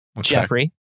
Jeffrey